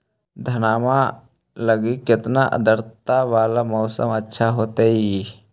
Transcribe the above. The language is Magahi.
धनमा लगी केतना आद्रता वाला मौसम अच्छा होतई?